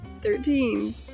Thirteen